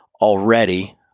already